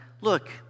Look